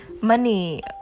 money